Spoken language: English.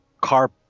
car